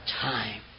Time